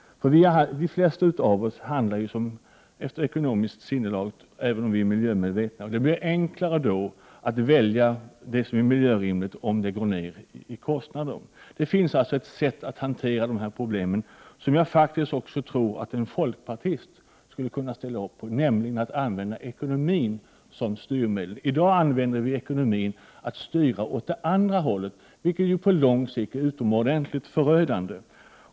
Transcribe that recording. De flesta av oss handlar efter ekonomiskt sinnelag, även om vi är miljömedvetna. Det blir då enklare att välja det som är miljörimligt om det går ner i kostnad. Det finns alltså ett sätt att hantera dessa problem, som jag faktiskt tror att också en folkpartist skulle kunna ställa upp på, nämligen att använda ekonomin som styrmedel. I dag använder vi ekonomin för att styra åt det andra hållet, vilket på lång sikt är ytterst förödande.